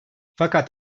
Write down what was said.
fakat